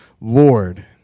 Lord